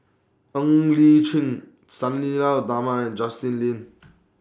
Ng Li Chin Sang Nila Utama and Justin Lean